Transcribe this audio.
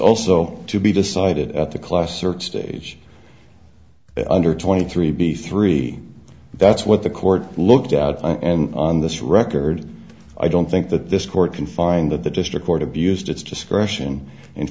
also to be decided at the class search stage under twenty three b three that's what the court looked out and on this record i don't think that this court can find that the district court abused its discretion